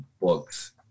books